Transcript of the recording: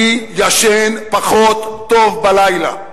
אני ישן פחות טוב בלילה.